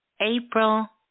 April